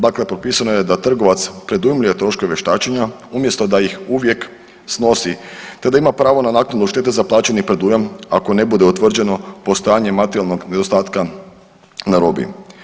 Dakle, propisano je da trgovac predujmljuje troškove vještačenja umjesto da ih uvijek snosi, te da ima pravo na naknadu štete za plaćeni predujam ako ne bude utvrđeno postojanje materijalnog nedostatka na robi.